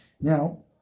Now